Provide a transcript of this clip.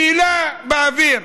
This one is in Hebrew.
שאלה באוויר.